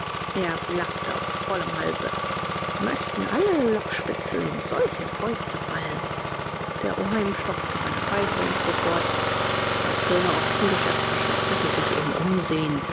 erb lachte aus vollem halse möchten alle lockspitzel in solche fäuste fallen der oheim stopfte seine pfeife und fuhr fort das schöne ochsengeschäft verschlechterte sich im umsehen